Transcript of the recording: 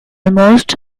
almost